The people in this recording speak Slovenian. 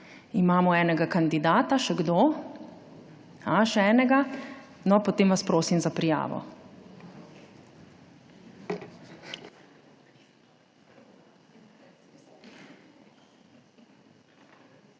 Imamo enega kandidata. Še kdo? Še enega. No, potem vas prosim za prijavo.